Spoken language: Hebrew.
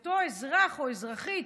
אותו אזרח או אזרחית